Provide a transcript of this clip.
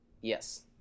Yes